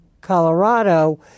Colorado